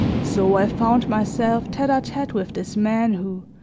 so i found myself tete-a-tete with this man who,